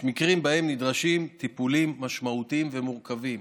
יש מקרים שבהם נדרשים טיפולים משמעותיים ומורכבים.